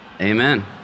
Amen